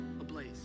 ablaze